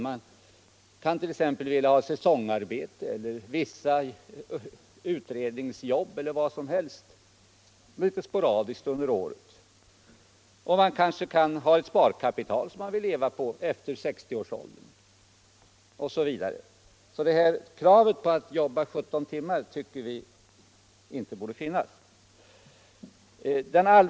Man kan vilja ha säsongarbete, vissa utredningsjobb eller annat, litet sporadiskt under året. Man kan ha ett sparkapital som man vill leva på efter 60 års ålder osv. Kravet på 17 timmars arbete i veckan borde inte finnas, tycker vi.